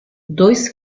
dois